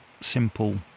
simple